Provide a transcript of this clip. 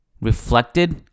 reflected